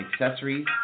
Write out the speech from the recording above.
accessories